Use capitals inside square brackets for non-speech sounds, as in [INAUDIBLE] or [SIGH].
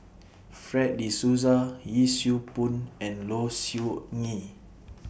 Fred De Souza Yee Siew Pun and Low Siew Nghee [NOISE]